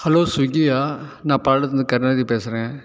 hello ஸ்விக்கியா நான் பல்லடத்துலேருந்து கருணாநிதி பேசுகிறேன்